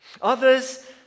Others